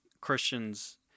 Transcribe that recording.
Christians